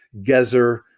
gezer